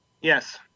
Yes